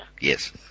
Yes